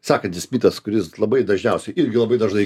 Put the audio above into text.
sekantis mitas kuris labai dažniausiai irgi labai dažnai